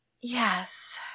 Yes